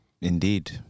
Indeed